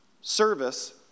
service